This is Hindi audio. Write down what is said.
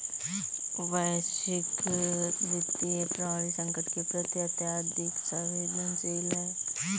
वैश्विक वित्तीय प्रणाली संकट के प्रति अत्यधिक संवेदनशील है